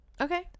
Okay